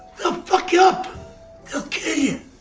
they'll fuck you up. they'll kill you.